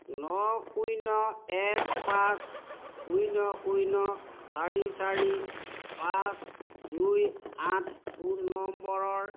ন শূন্য এক পাঁচ শূন্য শূন্য চাৰি চাৰি পাঁচ দুই আঠ ফোন নম্বৰৰ